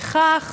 וכך